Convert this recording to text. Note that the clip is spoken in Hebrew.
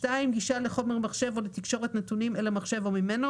(2)גישה לחומר מחשב או לתקשורת נתונים אל המחשב או ממנו,